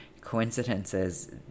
coincidences